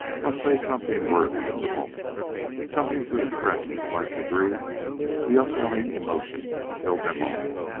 must say something worthy of the moment something to express in slight degree the upwelling emotion that filled them all,